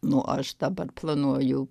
nu aš dabar planuoju